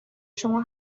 شما